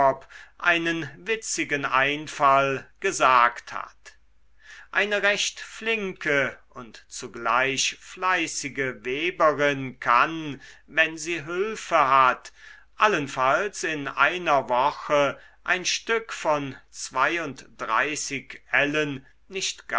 einen witzigen einfall gesagt hat eine recht flinke und zugleich fleißige weberin kann wenn sie hülfe hat allenfalls in einer woche ein stück von zweiunddreißig nicht